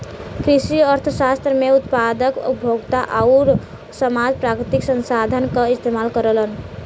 कृषि अर्थशास्त्र में उत्पादक, उपभोक्ता आउर समाज प्राकृतिक संसाधन क इस्तेमाल करलन